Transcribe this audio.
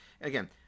again